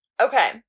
Okay